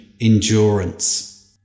endurance